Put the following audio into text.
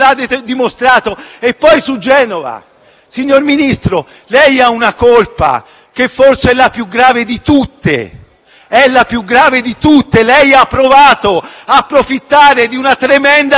signor Ministro, lei ha una colpa che forse è la più grave di tutte: ha provato ad approfittare di una tremenda disgrazia che ha colpito il nostro Paese